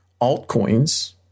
altcoins